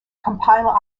compiler